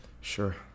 Sure